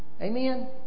amen